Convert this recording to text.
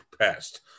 past